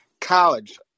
college